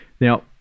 now